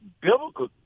biblical